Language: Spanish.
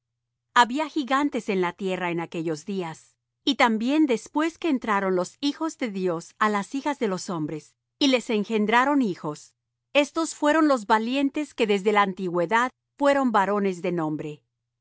había gigantes en la tierra en aquellos días y también después que entraron los hijos de dios á las hijas de los hombres y les engendraron hijos éstos fueron los valientes que desde la antigüedad fueron varones de nombre